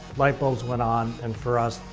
light bulbs went on and for us,